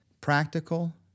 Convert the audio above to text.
practical